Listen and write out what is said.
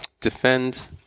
defend